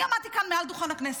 אני עמדתי כאן מעל דוכן הכנסת,